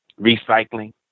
recycling